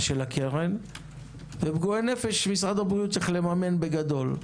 של הקרן ופגועי נפש משרד הבריאות צריך לממן ובגדול.